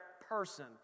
person